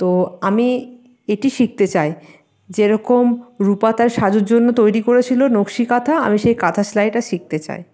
তো আমি এটি শিখতে চাই যে রকম রুপা তার সাজুর জন্য তৈরি করেছিল নক্সি কাঁথা আমি সেই কাঁথা সেলাইটা শিখতে চাই